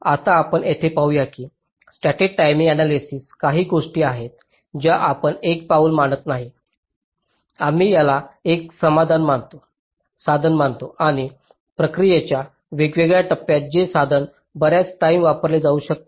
आता आपण येथे पाहूया की स्टॅटिक टाईमिंग आण्यालायसिस काही गोष्टी आहेत ज्या आपण एक पाऊल मानत नाही आम्ही याला एक साधन मानतो आणि प्रक्रियेच्या वेगवेगळ्या टप्प्यात हे साधन बर्याच टाईम वापरले जाऊ शकते